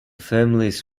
families